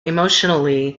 emotionally